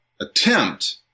attempt